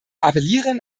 appellieren